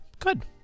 Good